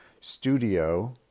studio